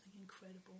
incredible